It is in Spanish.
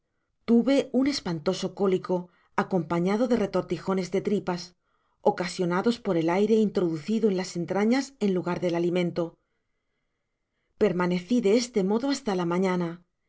tuve unespautoso cólico acompañado de retortijones de tripas ocasionados por el aire introducido en las entrañas en lugar del alimento permaneci de este modo hasta la mañana